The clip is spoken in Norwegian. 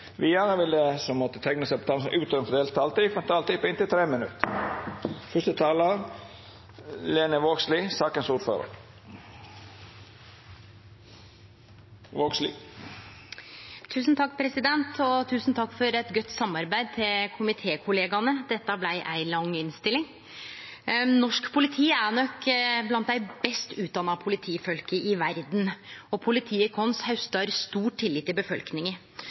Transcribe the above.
Vidare vil dei som måtte teikna seg på talarlista utover den fordelte taletida, få ei taletid på inntil 3 minutt. Tusen takk til komitékollegaene for eit godt samarbeid. Dette blei ei lang innstilling. Norsk politi er nok blant dei best utdanna politifolka i verda. Politiet vårt haustar stor tillit i befolkninga.